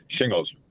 shingles